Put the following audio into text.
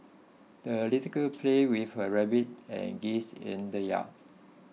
the little girl played with her rabbit and geese in the yard